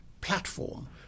platform